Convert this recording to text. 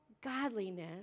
godliness